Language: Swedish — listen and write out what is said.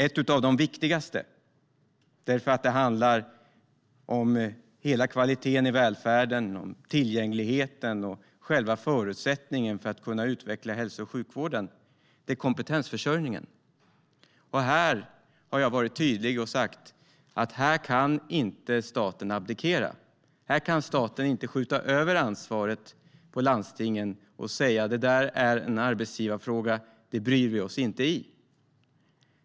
Ett av de viktigaste, eftersom det handlar om hela kvaliteten i välfärden, tillgängligheten och själva förutsättningen för att kunna utveckla hälso och sjukvården, är kompetensförsörjningen. Här har jag varit tydlig och sagt: Här kan inte staten abdikera. Här kan staten inte skjuta över ansvaret på landstingen och säga: Det är en arbetsgivarfråga, och det lägger vi oss inte i.